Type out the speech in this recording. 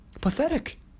Pathetic